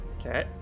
Okay